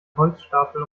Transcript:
holzstapel